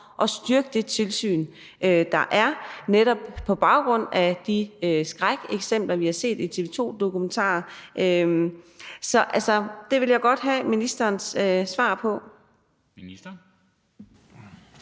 at styrke det tilsyn, der er, netop på baggrund af de skrækeksempler, vi har set i TV 2-dokumentarer. Så det vil jeg godt have ministerens svar på.